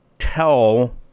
tell